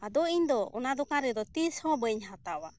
ᱟᱫᱚ ᱤᱧ ᱫᱚ ᱚᱱᱟ ᱫᱚᱠᱟᱱ ᱨᱮᱫᱚ ᱛᱤᱥ ᱦᱚᱸ ᱵᱟᱹᱧ ᱦᱟᱛᱟᱣᱟ